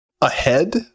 ahead